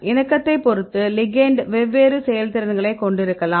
இணக்கத்தைப் பொறுத்து லிகெெண்ட் வெவ்வேறு செயல்திறன்களைக் கொண்டிருக்கலாம்